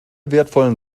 wertvollen